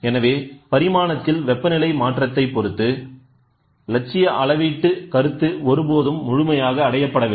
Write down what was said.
எனவே பரிமாணத்தில் வெப்பநிலை மாற்றத்தைப் பொறுத்து இலட்சிய அளவீட்டு கருத்து ஒருபோதும் முழுமையாக அடையப்படவில்லை